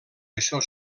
això